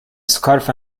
scarf